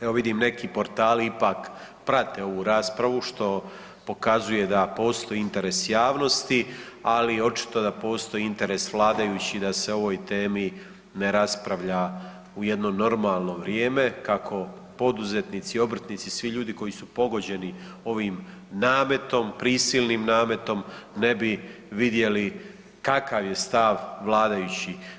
Evo vidim neki portali ipak prate ovu raspravu što pokazuje da postoji interes javnosti, ali očito da postoji interes vladajućih da se o ovoj temi ne raspravlja u jedno normalno vrijeme kako poduzetnici, obrtnici, svi ljudi koji su pogođeni ovim nametom, prisilnim nametom, ne bi vidjeli kakav je stav vladajućih.